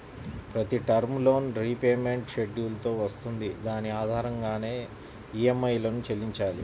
ప్రతి term loan repayment schedule తో వస్తుంది దాని ఆధారంగానే ఈఎంఐలను చెల్లించాలి